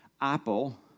Apple